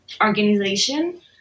organization